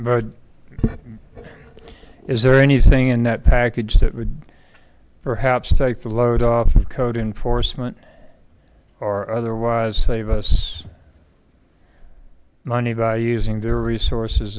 but is there anything in that package that would perhaps take the load off of code enforcement or otherwise save us money by using their resources